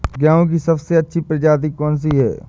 गेहूँ की सबसे अच्छी प्रजाति कौन सी है?